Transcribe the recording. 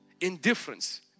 Indifference